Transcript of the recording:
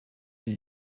are